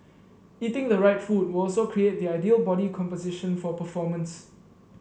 eating the right food will also create the ideal body composition for performance